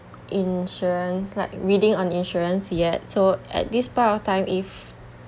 insurance like reading on insurance yet so at this point of time if